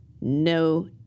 No